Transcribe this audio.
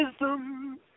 wisdom